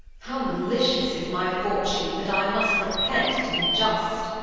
how malicious is my fortune that i must repent to be just!